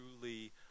truly